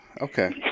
Okay